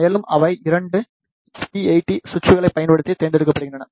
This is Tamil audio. மேலும் அவை 2 SP8T சுவிட்சுகளைப் பயன்படுத்தி தேர்ந்தெடுக்கப்படுகின்றன